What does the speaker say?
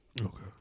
Okay